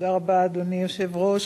אדוני היושב-ראש,